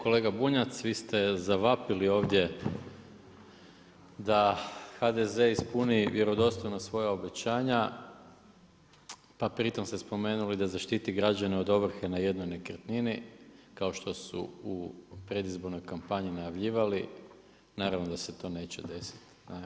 Kolega Bunjac, vi ste zavapili ovdje da HDZ ispuni vjerodostojno svoja obećanja, pa pritom ste spomenuli da zaštiti građane od ovrhe na jednoj nekretnini kao što su u predizbornoj kampanji najavljivali, naravno da se to neće desiti.